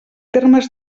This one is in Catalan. termes